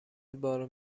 بار